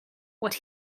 what